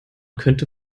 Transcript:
könnte